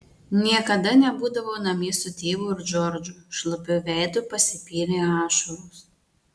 niekada nebūdavau namie su tėvu ir džordžu šlapiu veidu pasipylė ašaros